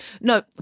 No